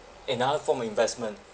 in other form of investment